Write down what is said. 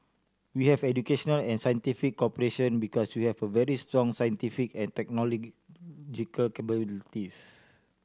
we have educational and scientific cooperation because you have very strong scientific and technological capabilities